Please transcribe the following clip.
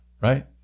Right